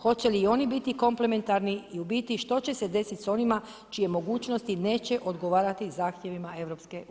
Hoće li i oni biti komplementarni i u biti što će se desiti s onima čije mogućnosti neće odgovoriti zahtjevima EU?